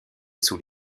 sous